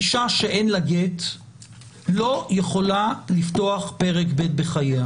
אישה שאין לה גט לא יכולה לפתוח פרק ב' בחייה.